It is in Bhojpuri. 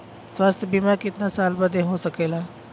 स्वास्थ्य बीमा कितना साल बदे हो सकेला?